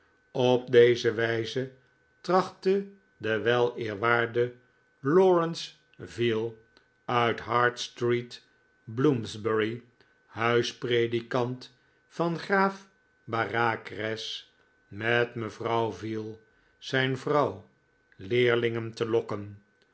op deze wijze trachtte de weleerwaarde laurence veal uit hart street bloomsbury huispredikant van graaf bareacres met mevrouw veal zijn vrouw leerlingen te lokken